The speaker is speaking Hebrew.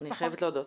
אני חייבת להודות,